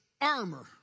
armor